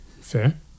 Fair